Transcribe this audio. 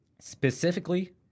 Specifically